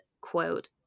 quote